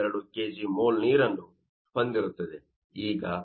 112kg mole ನೀರನ್ನು ಹೊಂದಿರುತ್ತದೆ